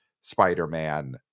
Spider-Man